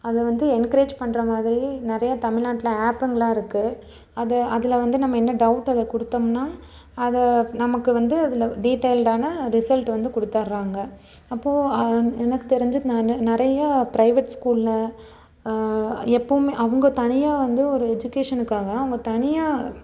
அதை வந்து என்க்ரேஜ் பண்ணுறமாதிரி நிறையா தமில்நாட்டில ஆப்புங்கள்லாம் இருக்குது அதை அதில் வந்து நம்ம என்ன டவுட் அதில் கொடுத்தோம்னா அதை நமக்கு வந்து அதில் டீட்டைல்டான ரிசல்ட் வந்து கொடுத்தர்றாங்க அப்போது எனக்கு தெரிந்து நான் நிறையா ப்ரைவேட் ஸ்கூல்ல எப்போவுமே அவங்க தனியாக வந்து ஒரு எஜுகேஷனுக்காக அவங்க தனியாக